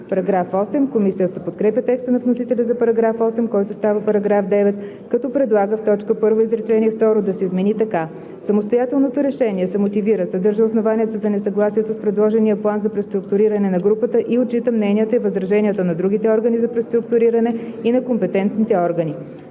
органи.“ Комисията подкрепя текста на вносителя за § 8, който става § 9, като предлага в т. 1, изречение второ да се измени така: „Самостоятелното решение се мотивира, съдържа основанията за несъгласието с предложения план за преструктуриране на групата и отчита мненията и възраженията на другите органи за преструктуриране и на компетентните органи.“